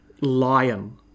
lion